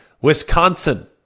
Wisconsin